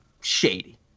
shady